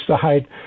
side